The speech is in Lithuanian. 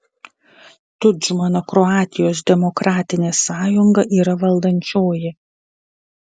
tudžmano kroatijos demokratinė sąjunga yra valdančioji